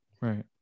Right